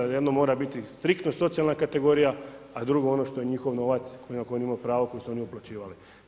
Jedno mora biti striktno socijalna kategorija, a drugo ono što je njihov novac na koji oni imaju pravo, koji su oni uplaćivali.